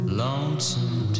lonesome